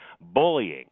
bullying